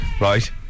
Right